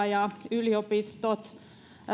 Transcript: ja yliopistot